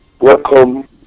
welcome